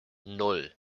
nan